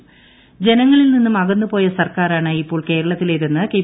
മുല്ലപ്പള്ളി ജനങ്ങളിൽ നിന്നും അകന്നു പോയ സർക്കാരാണ് ഇപ്പോൾ കേരളത്തിലേതെന്ന് കെ